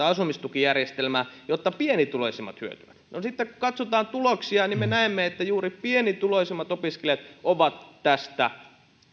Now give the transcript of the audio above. asumistukijärjestelmää jotta pienituloisimmat hyötyvät sitten kun katsotaan tuloksia niin me näemme että juuri pienituloisimmat opiskelijat ovat tästä